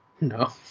no